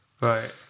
right